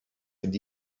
fynd